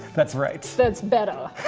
that's right. that's better.